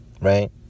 right